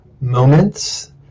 moments